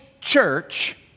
church